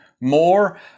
more